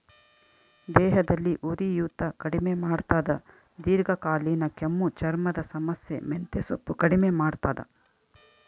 ದೇಹದಲ್ಲಿ ಉರಿಯೂತ ಕಡಿಮೆ ಮಾಡ್ತಾದ ದೀರ್ಘಕಾಲೀನ ಕೆಮ್ಮು ಚರ್ಮದ ಸಮಸ್ಯೆ ಮೆಂತೆಸೊಪ್ಪು ಕಡಿಮೆ ಮಾಡ್ತಾದ